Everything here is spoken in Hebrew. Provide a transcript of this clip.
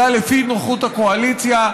אלא לפי נוחות הקואליציה.